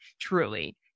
Truly